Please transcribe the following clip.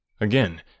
Again